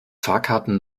fahrkarten